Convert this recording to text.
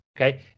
Okay